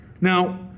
Now